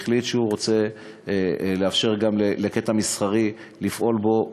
והבעלים החליט שהוא רוצה לאפשר גם לקטע מסחרי לפעול בו,